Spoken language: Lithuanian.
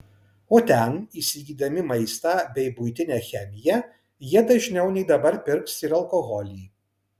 o ten įsigydami maistą bei buitinę chemiją jie dažniau nei dabar pirks ir alkoholį